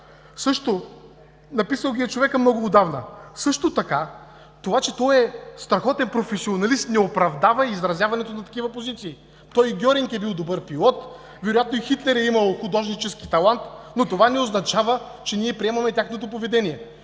неща. Написал ги е човекът много отдавна. Това, че той е страхотен професионалист, не оправдава изразяването на такива позиции. И Гьоринг е бил добър пилот, вероятно и Хитлер е имал художнически талант, но това не означава, че ние приемаме тяхното поведение.